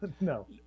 No